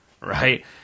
right